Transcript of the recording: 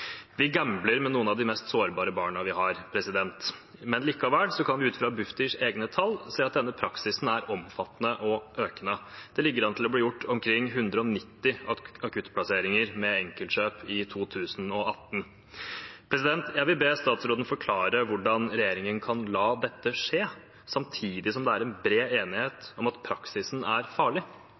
Vi gambler med noen av de mest sårbare barna vi har. Likevel kan vi ut fra Bufdirs egne tall se at denne praksisen er omfattende og økende. Det ligger an til å bli gjort omkring 190 akuttplasseringer med enkeltkjøp i 2018. Jeg vil be statsråden forklare hvordan regjeringen kan la dette skje, samtidig som det er en bred enighet om at praksisen er farlig.